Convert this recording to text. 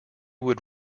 would